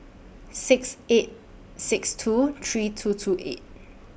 six eight six two three two two eight